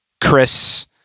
Chris